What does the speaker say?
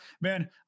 Man